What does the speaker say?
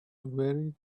very